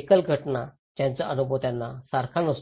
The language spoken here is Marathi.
एकल घटना ज्यांचा अनुभव त्यांना सारखा नसतो